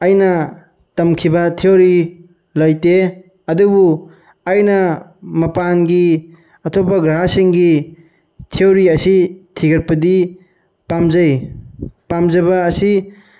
ꯑꯩꯅ ꯇꯝꯈꯤꯕ ꯊꯤꯑꯣꯔꯤ ꯂꯩꯇꯦ ꯑꯗꯨꯕꯨ ꯑꯩꯅ ꯃꯄꯥꯟꯒꯤ ꯑꯇꯣꯞꯄ ꯒ꯭ꯔꯍꯥꯁꯤꯡꯒꯤ ꯊꯤꯑꯣꯔꯤ ꯑꯁꯤ ꯊꯤꯒꯠꯄꯗꯤ ꯄꯥꯝꯖꯩ ꯄꯥꯝꯖꯕ ꯑꯁꯤ